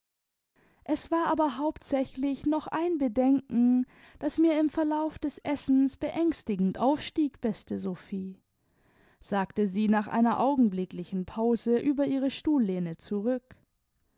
es war aber hauptsächlich noch ein bedenken das mir im verlauf des essens beängstigend aufstieg beste sophie sagte sie nach einer augenblicklichen pause über ihre stuhllehne zurück